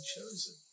chosen